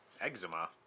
Eczema